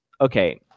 okay